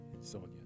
Sonia